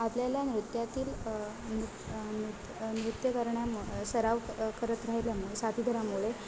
आपल्याला नृत्यातील नृ नृत्य नृत्य करण्याम सराव करत राहिल्यामुळे साथीदारामुळे